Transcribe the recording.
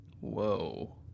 Whoa